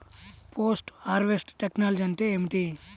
Post harvest technology అంటే ఏమిటి?